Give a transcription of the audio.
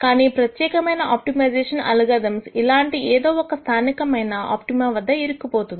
కానీ ప్రత్యేకమైన optimization algorithm ఇలాంటి ఏదో ఒక స్థానికమైన ఆప్టిమా వద్ద ఇరుక్కు పోతుంది